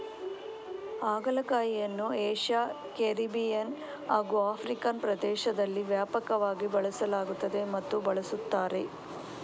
ಹಾಗಲಕಾಯಿಯನ್ನು Asia, Caribbean ಹಾಗೂ African ಪ್ರದೇಶದಲ್ಲಿ ವ್ಯಾಪಕವಾಗಿ ಬೆಳೆಸಲಾಗುತ್ತದೆ ಮತ್ತು ಬಳಸುತ್ತಾರೆ